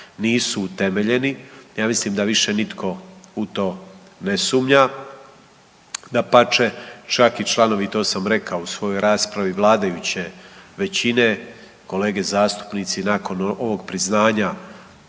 nisu utemeljeni, ja mislim da više nitko u to ne sumnja, dapače, čak i članovi to sam rekao u svojoj raspravi vladajuće većine, kolege zastupnici nakon ovog priznanja